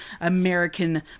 American